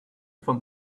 from